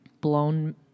blown